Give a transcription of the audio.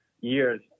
years